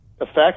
effect